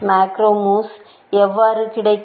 macro moves எவ்வாறு கிடைக்கும்